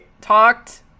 talked